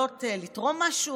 הן לא יכולות לתרום משהו?